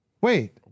Wait